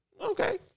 okay